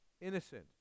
innocent